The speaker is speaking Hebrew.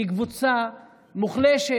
כנציג קבוצה מוחלשת,